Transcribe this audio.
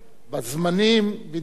בזמנים בדיוק.